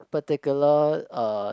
particular uh